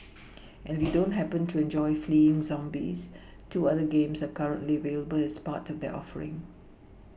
and we don't happen to enjoy fleeing zombies two other games are currently available as part of their offering